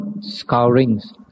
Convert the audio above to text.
scourings